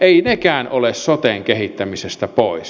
eivät nekään ole soten kehittämisestä pois